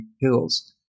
hills